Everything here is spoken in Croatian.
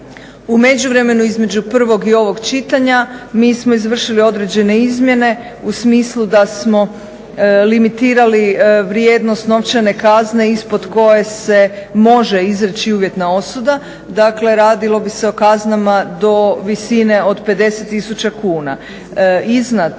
U međuvremenu između prvog i ovog čitanja mi smo izvršili određene izmjene u smislu da smo limitirali vrijednost novčane kazne ispod koje se može izreći uvjetna osuda. Dakle, radilo bi se o kaznama do visine od 50000 kuna. Iznad